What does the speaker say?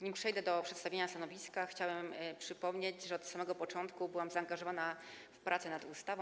Nim przejdę do przedstawienia stanowiska, chciałabym przypomnieć, że od samego początku byłam zaangażowana w pracę nad ustawą.